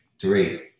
Three